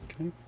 Okay